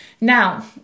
Now